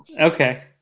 Okay